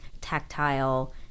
tactile